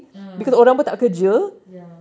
ah ya